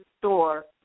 store